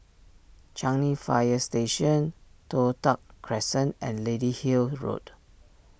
Changi Fire Station Toh Tuck Crescent and Lady Hill Road